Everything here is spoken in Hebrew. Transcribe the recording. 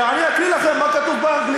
משכנע, אני אקריא לכם מה כתוב באנגלית.